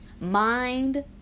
mind